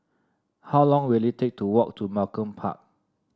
how long will it take to walk to Malcolm Park